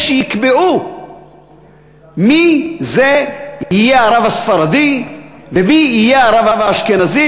שיקבעו מי יהיה הרב הספרדי ומי יהיה הרב האשכנזי,